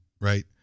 right